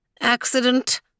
accident